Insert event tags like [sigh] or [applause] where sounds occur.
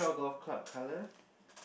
[breath]